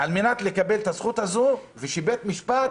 על מנת לקבל את הזכות הזו ושבית המשפט